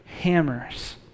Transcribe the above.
hammers